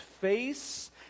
face